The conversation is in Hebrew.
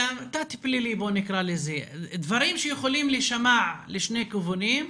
אלא תת פלילי, דברים שיכולים להישמע לשני כיוונים,